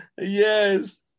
Yes